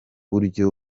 buryo